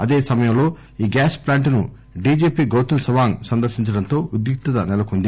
అదేసమయంలో ఈ గ్యాస్ ప్లాంట్ను డిజిపి గౌతం సవాంగ్ సందర్పించడంతో ఉద్రిక్తత నెలకొంది